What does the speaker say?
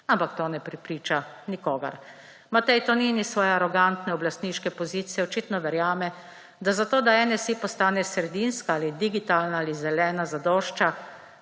Ampak to ne prepriča nikogar. Matej Tonin s svoje arogantne oblastniške pozicije očitno verjame, da zato, da NSi postane sredinska ali digitalna ali zelena, zadošča,